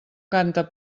canta